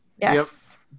Yes